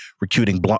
recruiting